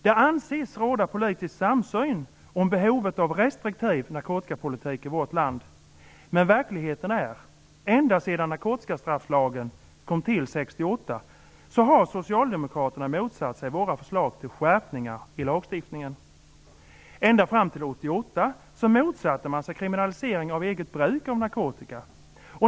Det anses råda politisk samsyn om behovet av en restriktiv narkotikapolitik i vårt land. Men verkligheten är att ända sedan narkotikastrafflagen kom till 1968 har Socialdemokraterna motsatt sig våra förslag till skärpningar i lagstiftningen. Ända fram till 1988 motsatte sig Socialdemokraterna kriminalisering av eget bruk av narkotika.